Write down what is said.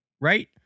Right